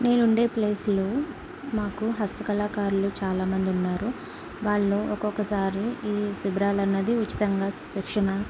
నేను ఉండే ప్లేస్లో మాకు హస్త కళాకారులు చాలామంది ఉన్నారు వాళ్ళు ఒకొక్కసారి ఈ శిబిరాలు అన్నది ఉచితంగా శిక్షణ